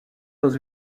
dans